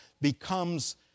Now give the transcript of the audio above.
becomes